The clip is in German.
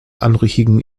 anrüchigen